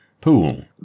pool